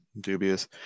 dubious